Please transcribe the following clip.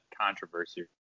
controversy